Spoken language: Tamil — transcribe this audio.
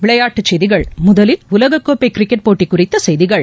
விளையாட்டுச்செய்திகள் முதலில் உலகக்கோப்பைகிரிக்கெட் போட்டிகுறித்தசெய்திகள்